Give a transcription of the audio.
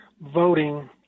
voting